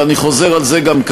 ואני גם חוזר על זה כאן,